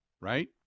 right